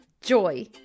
joy